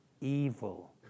evil